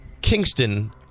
Kingston